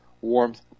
warmth